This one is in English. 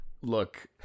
Look